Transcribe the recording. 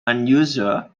unusual